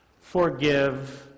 forgive